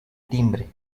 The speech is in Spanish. timbre